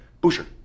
Boucher